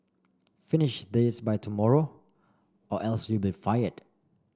finish this by tomorrow or else you'll be fired